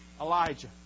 Elijah